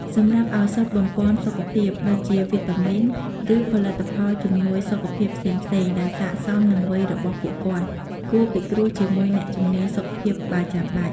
សម្រាប់ឱសថបំប៉នសុខភាព ដូចជាវីតាមីន ឬផលិតផលជំនួយសុខភាពផ្សេងៗដែលស័ក្តិសមនឹងវ័យរបស់ពួកគាត់ (គួរពិគ្រោះជាមួយអ្នកជំនាញសុខភាពបើចាំបាច់)។